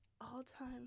all-time